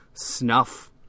Snuff